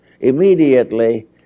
immediately